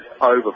over